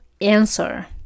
answer